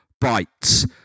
bites